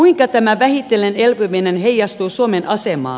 kuinka tämä vähitellen elpyminen heijastuu suomen asemaan